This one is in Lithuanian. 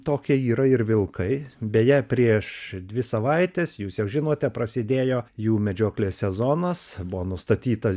tokia yra ir vilkai beje prieš dvi savaites jūs jau žinote prasidėjo jų medžioklės sezonas buvo nustatytas